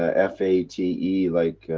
ah f a t e like.